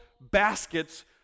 baskets